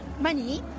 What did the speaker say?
money